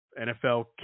NFL